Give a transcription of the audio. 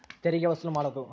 ತೆರಿಗೆ ವಸೂಲು ಮಾಡೋದು